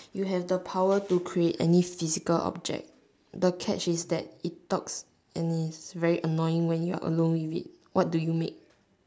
you have the power to create any physical object the catch is that it talks and is very annoying way when you are alone with it what do you make